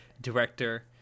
director